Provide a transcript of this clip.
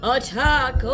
Attack